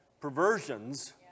perversions